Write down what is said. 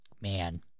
Man